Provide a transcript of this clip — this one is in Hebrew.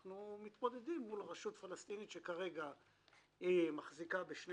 אנחנו מתמודדים מול רשות פלסטינית שכרגע מחזיקה בשני